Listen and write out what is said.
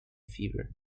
fever